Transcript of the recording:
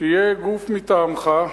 שיהיה גוף מטעמך.